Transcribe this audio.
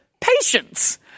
Patience